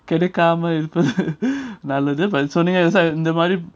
கிடைக்காம இருக்குறது நல்லது:kedaikama irukurathu nllathu but இந்த மாதிரி:indha madhiri